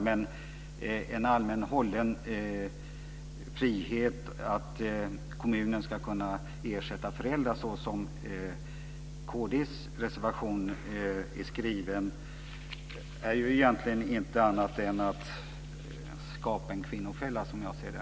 Men en allmän frihet för kommuner att kunna betala ut ersättning till föräldrar såsom föreslås i kristdemokraternas reservation är ju egentligen inget annat än ett sätt att skapa en kvinnofälla, som jag ser det.